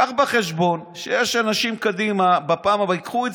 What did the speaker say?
קח בחשבון שיש אנשים שבפעם הבאה ייקחו את